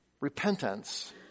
repentance